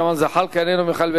חבר הכנסת ג'מאל זחאלקה, איננו.